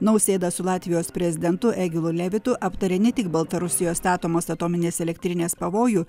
nausėda su latvijos prezidentu egilu levitu aptarė ne tik baltarusijoj statomos atominės elektrinės pavojų